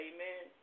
Amen